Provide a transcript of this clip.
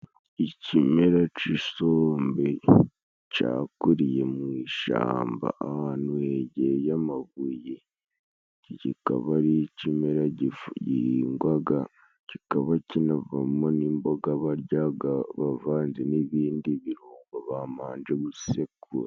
Ikimera c'isombe cakuriye mu ishamba ahantu hegeye amabuye, kikaba ari ikimera gihingwaga kikaba kinavamo n'imboga baryaga bavanze n'ibindi birungo bamanje gusekura.